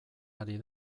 ari